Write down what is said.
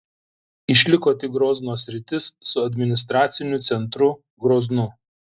išliko tik grozno sritis su administraciniu centru groznu